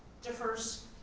differs